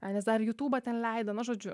ai nes dar jutūbą ten leido na žodžiu